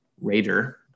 Raider